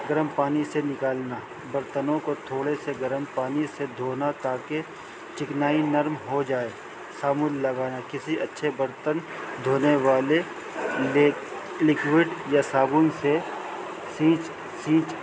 گرم پانی سے نکالنا برتنوں کو تھوڑے سے گرم پانی سے دھونا تاکہ چکنائی نرم ہو جائے سامون لگانا کسی اچھے برتن دھونے والے لکوڈ یا صابن سے سیچ سیچ